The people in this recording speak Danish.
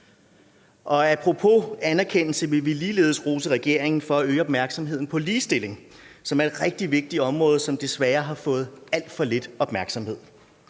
Apropos anerkendelse vil vi ligeledes rose regeringen for at øge opmærksomheden på ligestilling, som er et rigtig vigtigt område, som desværre har fået alt for lidt opmærksomhed.